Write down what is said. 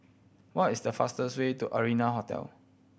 what is the fastest way to Arianna Hotel